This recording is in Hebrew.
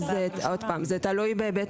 עוד פעם, זה תלוי בבית